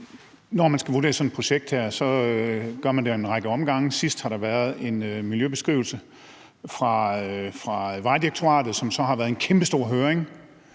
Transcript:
Når man skal vurdere sådan et projekt her, gør man det ad en række omgange. Sidst har der været en miljøbeskrivelse fra Vejdirektoratet, som så har været i en kæmpestor høring